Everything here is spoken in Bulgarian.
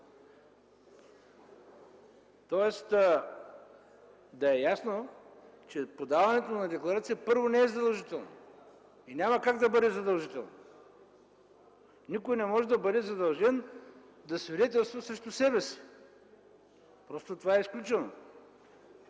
Тоест, да е ясно, че подаването на декларация, първо, не е задължително. Няма как да бъде задължително. Никой не може да бъде задължен да свидетелства срещу себе си. Просто това е изключено.